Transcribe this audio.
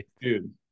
dude